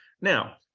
Now